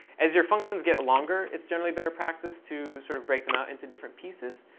as your functions get longer, it's generally better practice to sort of break them out into different pieces.